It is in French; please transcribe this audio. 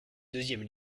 deuxième